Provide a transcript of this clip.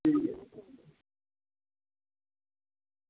ठीक ऐ भी